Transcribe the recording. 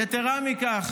יתרה מזו,